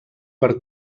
per